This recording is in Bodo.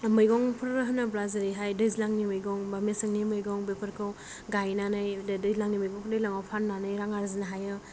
मैगंफोर होनोब्ला जेरैहाय दैज्लांनि मैगं मेसेंनि मैगं बेफोरखौ गायनानै दै दैज्लांनि मैगंखौ दैज्लांआव फाननानै रां आरजिनो हायो